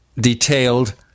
detailed